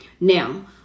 Now